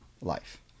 life